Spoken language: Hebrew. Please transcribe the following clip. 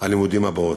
הלימודים הבאות.